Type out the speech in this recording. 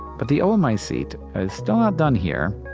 but the oomycete is still not done here,